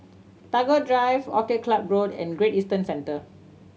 Tagore Drive Orchid Club Road and Great Eastern Centre